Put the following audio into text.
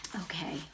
okay